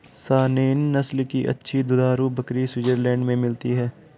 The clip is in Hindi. सानेंन नस्ल की अच्छी दुधारू बकरी स्विट्जरलैंड में मिलती है